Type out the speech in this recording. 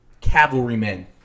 cavalrymen